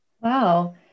Wow